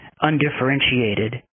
undifferentiated